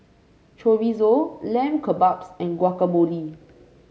Chorizo Lamb Kebabs and Guacamole